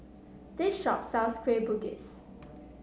this shop sells Kueh Bugis